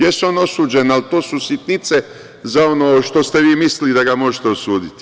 Jeste on osuđen, ali to su sitnice za ono što ste vi mi mislili da ga možete osuditi.